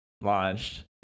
launched